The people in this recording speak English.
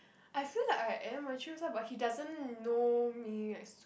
I feel like I am mature but he doesn't know me like